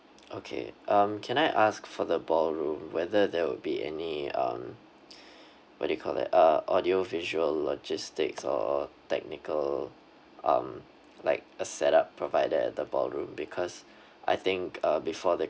okay um can I ask for the ballroom whether there would be any um what do you call that uh audio visual logistics or technical um like a set up provided at the ballroom because I think uh before the